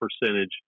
percentage